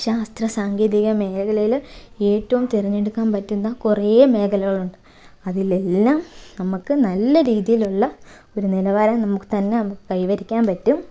ശാസ്ത്രസാങ്കേതിക മേഖലയിൽ ഏറ്റവും തിരഞ്ഞെടുക്കാൻ പറ്റുന്ന കുറേ മേഖലകളുണ്ട് അതിലെല്ലാം നമുക്ക് നല്ല രീതിയിലുള്ള ഒരു നിലവാരം നമുക്ക് തന്നെ നമുക്ക് കൈവരിക്കാൻ പറ്റും